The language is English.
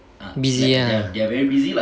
busy ah